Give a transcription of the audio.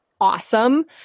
awesome